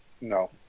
no